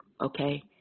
Okay